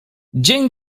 dzień